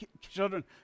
children